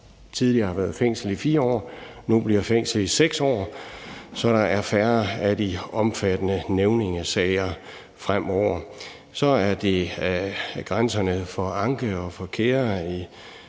tidligere har været fængsel i 4 år, og som nu bliver fængsel i 6 år, så der er færre af de omfattende nævningesager fremover. Så er der grænserne for anke og kære